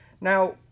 Now